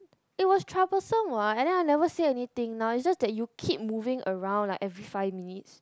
it was troublesome what and then I never say anything now it's just that you keep moving around like every five minutes